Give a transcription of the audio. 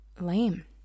lame